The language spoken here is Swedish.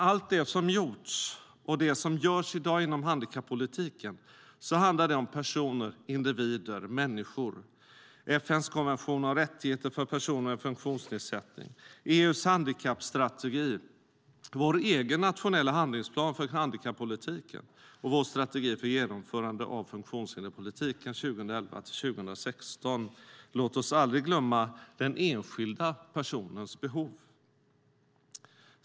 Allt det som gjorts och det som i dag görs inom handikappolitiken handlar om personer, individer och människor: FN:s konvention om rättigheter för personer med funktionsnedsättning, EU:s handikappstrategier, vår egen nationella handlingsplan för handikappolitiken och vår strategi för genomförande av funktionshinderspolitiken 2011-2016. Låt oss aldrig glömma den enskilda personens behov.